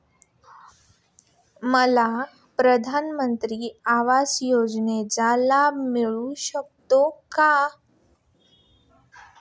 मला प्रधानमंत्री आवास योजनेचा लाभ मिळू शकतो का?